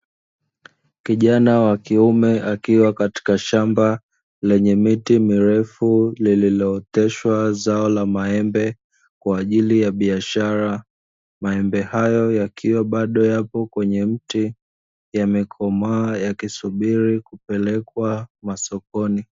Kijana wa kiume akiwa katika shamba lenye miti mirefu, lililooteshwa zao la maembe kwa ajili ya biashara. Maembe hayo yakiwa bado yapo kwenye mti yamekomaa yakisubiri kupelekwa masokoni.